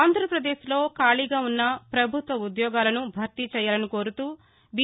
ఆంధ్రప్రదేశ్లో ఖాళీగాఉన్న ప్రభుత్వోద్యోగాలను భర్తీ చేయాలని కోరుతూ బి